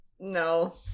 no